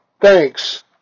Thanks